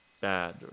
bad